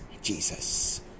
Jesus